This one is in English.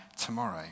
tomorrow